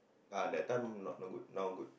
ah that time not good now good